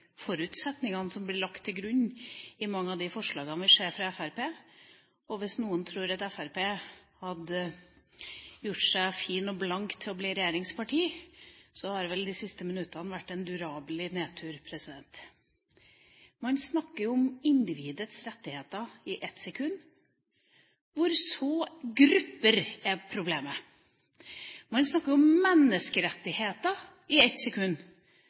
forutsetningene som blir lagt til grunn i mange av de forslagene vi ser fra Fremskrittspartiet. Hvis noen hadde trodd at Fremskrittspartiet har gjort seg fin og blank for å bli regjeringsparti, så har vel de siste minuttene vært en durabelig nedtur. Man snakker om individets rettigheter i ett sekund, hvorpå grupper er problemet. Man snakker om menneskerettigheter i ett sekund,